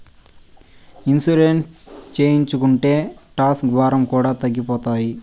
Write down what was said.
insurance చేయించుకుంటే tax భారం కూడా తగ్గిపోతాయి